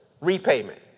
Repayment